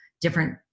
different